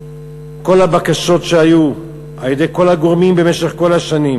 כל הבקשות שהיו על-ידי כל הגורמים במשך כל השנים,